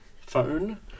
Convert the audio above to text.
phone